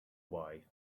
why